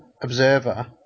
Observer